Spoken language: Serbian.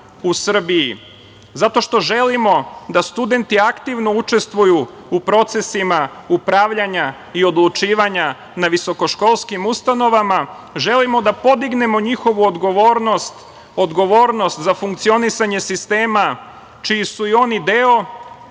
u Srbiji, zato što želimo da studenti aktivno učestvuju u procesima upravljanja i odlučivanja na visoko školskim ustanovama, želimo da podignemo njihovu odgovornost ili odgovornost za funkcionisanje sistema čiji su i oni deo